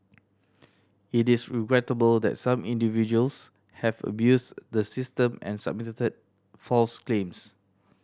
it is regrettable that some individuals have abused the system and submitted false claims